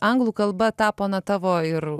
anglų kalba tapo na tavo ir